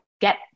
get